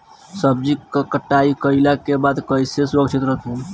सब्जी क कटाई कईला के बाद में कईसे सुरक्षित रखीं?